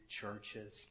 churches